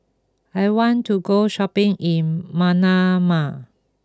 I want to go shopping in Manama